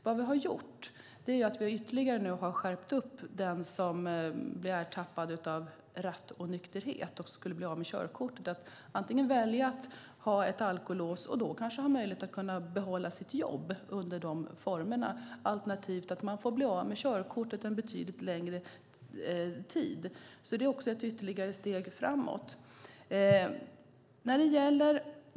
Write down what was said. Vad vi har gjort är att vi ytterligare har skärpt påföljden för den som blir ertappad med rattonykterhet och ska bli av med körkortet. Man kan välja att ha ett alkolås och då kanske ha möjlighet att behålla sitt jobb under dessa former. Alternativet är att man blir av med körkortet under en betydligt längre tid. Detta är ytterligare steg framåt.